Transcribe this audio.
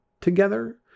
together